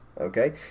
Okay